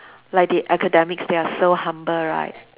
like the academics they are so humble right